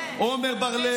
עמר בר לב